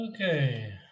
Okay